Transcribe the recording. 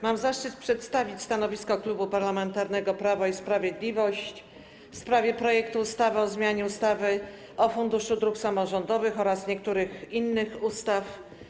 Mam zaszczyt przedstawić stanowisko Klubu Parlamentarnego Prawo i Sprawiedliwość wobec projektu ustawy o zmianie ustawy o Funduszu Dróg Samorządowych oraz niektórych innych ustaw.